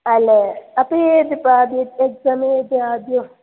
അല്ലേ അപ്പോൾ ഏതിപ്പോൾ ആദ്യം എക്സാം ഏത് ആദ്യം